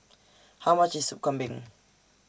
How much IS Soup Kambing